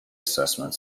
assessment